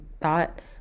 thought